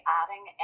adding